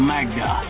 Magda